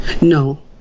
No